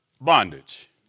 bondage